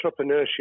entrepreneurship